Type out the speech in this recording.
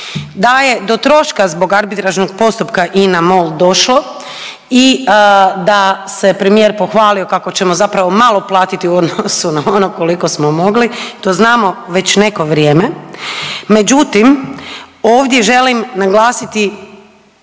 Da je do troška zbog arbitražnog postupka INA Mol došlo i da se premijer pohvalio kako ćemo zapravo malo platiti u odnosu na ono koliko smo mogli, to znamo već neko vrijeme. Međutim, ovdje želim naglasiti